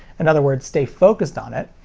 in other words stay focused on it,